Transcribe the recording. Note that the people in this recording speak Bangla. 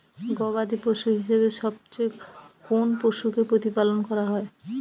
গবাদী পশু হিসেবে সবচেয়ে কোন পশুকে প্রতিপালন করা হয়?